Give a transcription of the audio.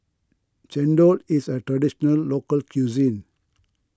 Chendol is a Traditional Local Cuisine